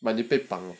but 你被绑